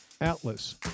ATLAS